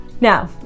Now